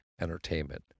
entertainment